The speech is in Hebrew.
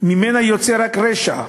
ממנה יוצא רק רשע,